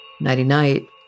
Nighty-night